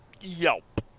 Yelp